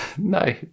No